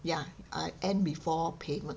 ya I end before payment